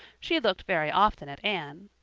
she looked very often at anne,